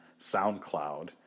SoundCloud